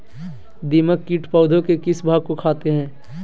दीमक किट पौधे के किस भाग को खाते हैं?